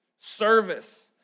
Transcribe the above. service